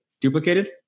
duplicated